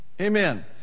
Amen